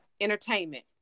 entertainment